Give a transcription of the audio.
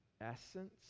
essence